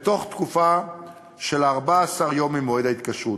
בתוך תקופה של 14 יום ממועד ההתקשרות.